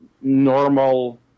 normal